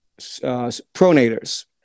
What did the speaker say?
pronators